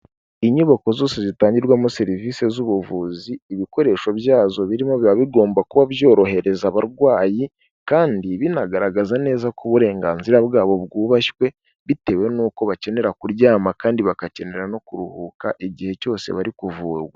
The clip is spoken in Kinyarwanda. Inyubako zose zitangirwamo serivisi z'ubuvuzi ibikoresho byazo birimo biba bigomba kuba byorohereza abarwayi, kandi binagaragaza neza ko uburenganzira bwabo bwubashywe, bitewe nuko bakenera kuryama kandi bagakenera no kuruhuka igihe cyose bari kuvurwa.